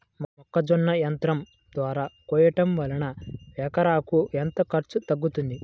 మొక్కజొన్న యంత్రం ద్వారా కోయటం వలన ఎకరాకు ఎంత ఖర్చు తగ్గుతుంది?